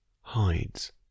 hides